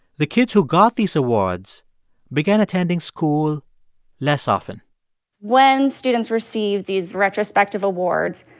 the kids who got these awards began attending school less often when students receive these retrospective awards,